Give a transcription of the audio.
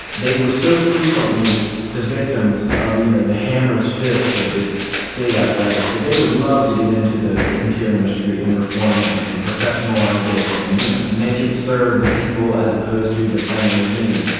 they were so frequently the victims of the you know the hammers fist of this state apparatus that they would love to get into the interior ministry and reform it and professionalise it and you know make it serve the people as opposed to defend the regime.